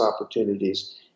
opportunities